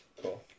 cool